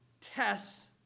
tests